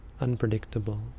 Unpredictable